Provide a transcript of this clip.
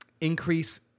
increase